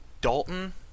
Dalton